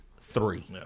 three